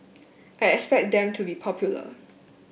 I expect them to be popular